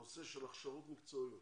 הנושא של הכשרות מקצועיות,